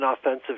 offensive